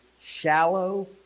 shallow